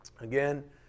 Again